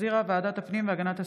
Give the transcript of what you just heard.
שהחזירה ועדת הפנים והגנת הסביבה.